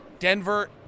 Denver